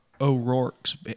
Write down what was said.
O'Rourke's